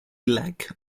lack